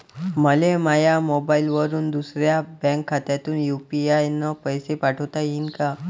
मले माह्या मोबाईलवरून दुसऱ्या बँक खात्यात यू.पी.आय न पैसे पाठोता येईन काय?